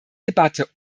debatte